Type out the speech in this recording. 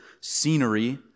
scenery